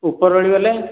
ଉପର ଓଳି ଗଲେ